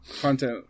content